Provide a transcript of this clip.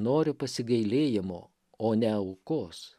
noriu pasigailėjimo o ne aukos